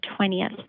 20th